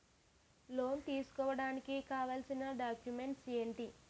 Loan తీసుకోడానికి కావాల్సిన documents ఎంటి?